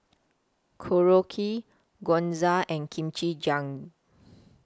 Korokke Gyoza and Kimchi